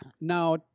Now